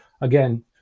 again